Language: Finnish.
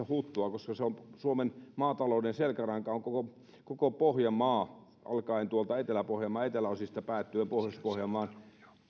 huttua koska suomen maatalouden selkäranka on koko pohjanmaa alkaen tuolta etelä pohjanmaan eteläosista päättyen pohjois pohjanmaan